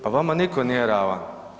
Pa vama nitko nije ravan.